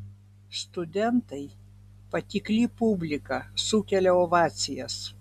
studentai patikli publika sukelia ovacijas